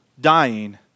dying